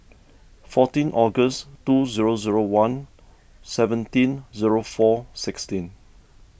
fourteen August two zero zero one seventeen four sixteen